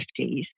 1950s